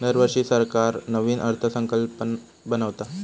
दरवर्षी सरकार नवीन अर्थसंकल्प बनवता